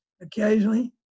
occasionally